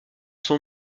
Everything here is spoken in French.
son